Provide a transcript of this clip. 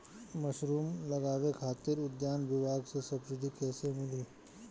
Mushroom लगावे खातिर उद्यान विभाग से सब्सिडी कैसे मिली?